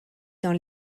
dans